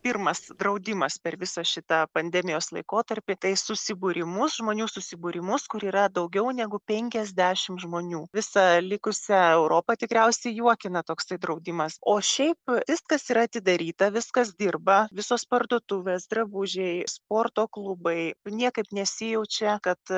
pirmas draudimas per visą šitą pandemijos laikotarpį tai susibūrimus žmonių susibūrimus kur yra daugiau negu penkiasdešim žmonių visą likusią europą tikriausiai juokina toksai draudimas o šiaip viskas yra atidaryta viskas dirba visos parduotuvės drabužiai sporto klubai niekaip nesijaučia kad